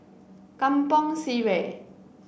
Kampong Sireh